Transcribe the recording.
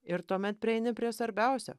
ir tuomet prieini prie svarbiausio